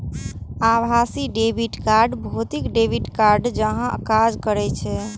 आभासी debit card भौतिक debit कार्डे जकां काज करै छै